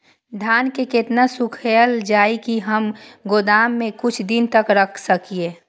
धान के केतना सुखायल जाय की हम गोदाम में कुछ दिन तक रख सकिए?